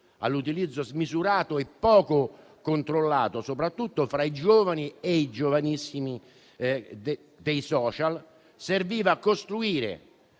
all'utilizzo smisurato e poco controllato, soprattutto fra i giovani e i giovanissimi dei *social*, serviva costruire